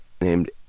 named